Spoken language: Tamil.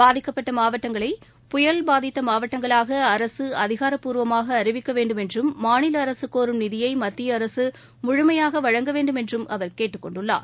பாதிக்கப்பட்டமாவட்டங்களை புயல் பாதித்தமாவட்டங்களாகஅரசுஅதிகாரப்பூர்வமாகஅறிவிக்கவேண்டும் என்றும் மாநிலஅரசுகோரும் நிதியைமத்தியஅரசுமுழமையாகவழங்க வேண்டும் என்றும் அவர் கேட்டுக்கொண்டுள்ளார்